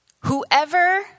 Whoever